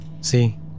see